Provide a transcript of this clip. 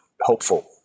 hopeful